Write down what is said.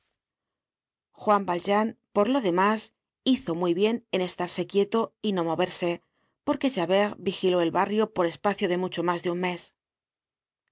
juan valjean por lo demás hizo muy bien en estarse quieto y no moverse porque javert vigiló el barrio por espacio de mucho mas de un mes el